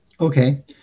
Okay